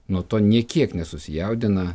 nuo to nė kiek nesusijaudina